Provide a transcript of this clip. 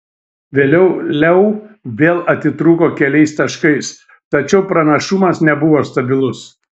vėliau leu vėl atitrūko keliais taškais tačiau pranašumas nebuvo stabilus